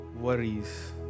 worries